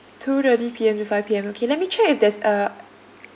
two thirty P_M to five P_M okay let me check if there's a